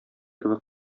кебек